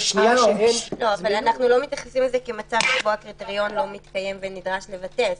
אנחנו לא מתייחסים לזה כמצב שבו הקריטריון לא מתקיים ונדרש לבטל.